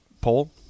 poll